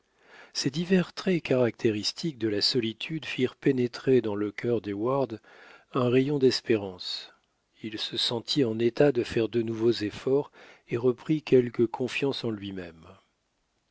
ces divers traits caractéristiques de la solitude firent pénétrer dans le cœur d'heyward un rayon d'espérance il se sentit en état de faire de nouveaux efforts et reprit quelque confiance en lui-même